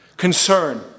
Concern